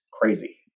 crazy